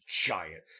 giant